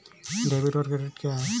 Debit और credit क्या है?